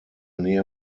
nähe